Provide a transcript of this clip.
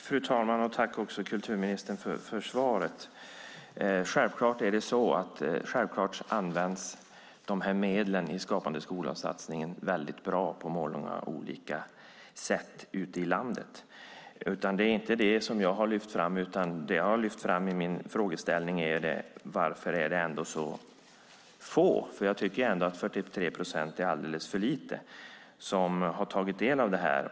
Fru talman! Tack, kulturministern, för svaret! Självklart är det så att medlen i Skapande skola-satsningen används väldigt bra på många olika sätt ute i landet. Det är inte det jag har lyft fram, utan det jag har lyft fram i min frågeställning är varför det ändå är så få, för jag tycker ändå att 43 procent är alldeles för lite, som har tagit del av detta.